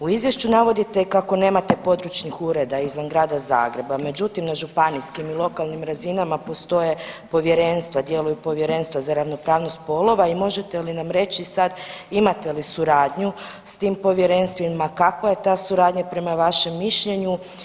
U izvješću navodite i kako nemate područnih ureda izvan Grada Zagreba međutim na županijskim i lokalnim razinama postoje povjerenstva, djeluju povjerenstva za ravnopravnost spolova i možete li nam reći sad imate li suradnju s tim povjerenstvima, kakva je ta suradnja prema vašem mišljenju.